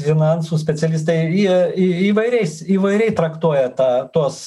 finansų specialistai jie į įvairiais įvairiai traktuoja tą tuos